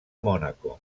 mònaco